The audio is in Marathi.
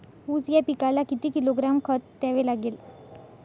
ऊस या पिकाला किती किलोग्रॅम खत द्यावे लागेल?